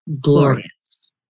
Glorious